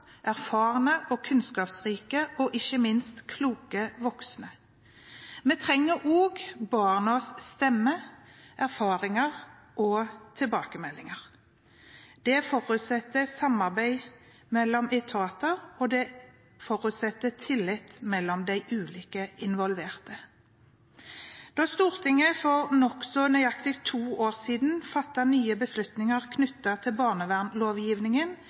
og erfarne, kunnskapsrike og ikke minst kloke voksne. Vi trenger også barnas stemme, erfaringer og tilbakemeldinger. Det forutsetter samarbeid mellom etater, og det forutsetter tillit mellom de ulike involverte. Da Stortinget for nokså nøyaktig to år siden fattet nye beslutninger knyttet til barnevernlovgivningen,